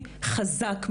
חזק,